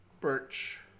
Birch